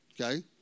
okay